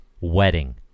Wedding